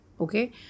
okay